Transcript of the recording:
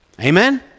Amen